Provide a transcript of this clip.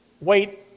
wait